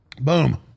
Boom